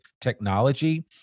technology